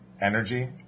energy